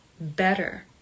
better